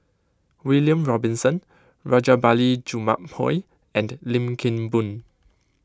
William Robinson Rajabali Jumabhoy and Lim Kim Boon